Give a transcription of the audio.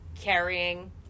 carrying